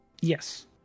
Yes